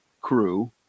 crew